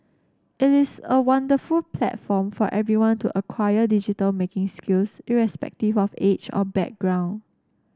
it is a wonderful platform for everyone to acquire digital making skills irrespective of age or background